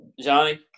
Johnny